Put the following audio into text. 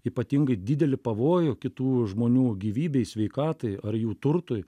ypatingai didelį pavojų kitų žmonių gyvybei sveikatai ar jų turtui